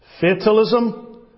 Fatalism